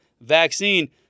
vaccine